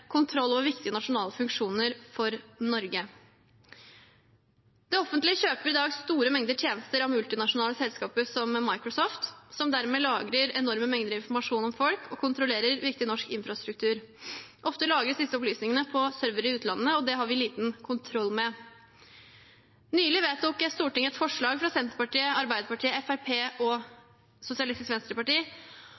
kontroll over viktige nasjonale funksjoner for Norge. Det offentlige kjøper i dag store mengder tjenester av multinasjonale selskaper som Microsoft, som dermed lagrer enorme mengder informasjon om folk og kontrollerer viktig norsk infrastruktur. Ofte lagres disse opplysningene på servere i utlandet, og det har vi liten kontroll med. Nylig vedtok Stortinget et forslag fra Senterpartiet, Arbeiderpartiet, Fremskrittspartiet og